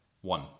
One